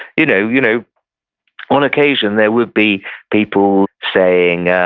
you know you know, on occasion there would be people saying,